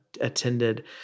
attended